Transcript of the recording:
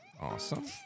awesome